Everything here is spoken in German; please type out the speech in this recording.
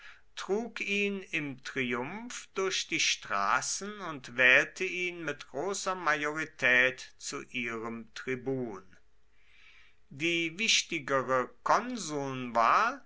trug ihn im triumph durch die straßen und wählte ihn mit großer majorität zu ihrem tribun die wichtigere konsulnwahl